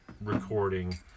recording